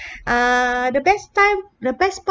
uh the best time the best part